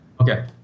Okay